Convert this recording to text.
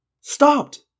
Stopped